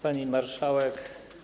Pani Marszałek!